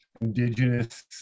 indigenous